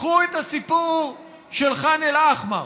קחו את הסיפור של ח'אן אל-אחמר,